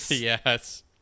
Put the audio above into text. Yes